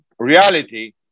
Reality